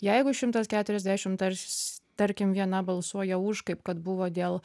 jeigu šimtas keturiasdešim tars tarkim viena balsuoja už kaip kad buvo dėl